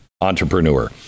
entrepreneur